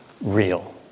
real